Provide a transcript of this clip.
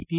T